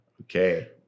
Okay